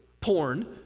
porn